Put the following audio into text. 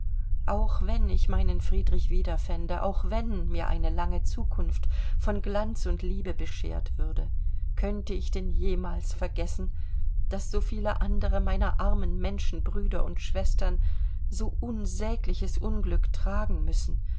auch wenn ich meinen friedrich wiederfände auch wenn mir eine lange zukunft von glanz und liebe bescheert würde könnte ich denn jemals vergessen daß so viele andere meiner armen menschenbrüder und schwestern so unsägliches unglück tragen müssen